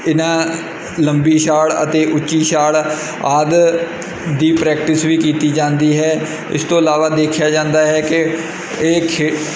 ਇਹਨਾਂ ਲੰਬੀ ਛਾਲ ਅਤੇ ਉੱਚੀ ਛਾਲ ਆਦਿ ਦੀ ਪ੍ਰੈਕਟਿਸ ਵੀ ਕੀਤੀ ਜਾਂਦੀ ਹੈ ਇਸ ਤੋਂ ਇਲਾਵਾ ਦੇਖਿਆ ਜਾਂਦਾ ਹੈ ਕਿ ਇਹ ਖੇਡ